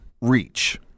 reach